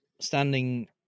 standing